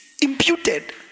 imputed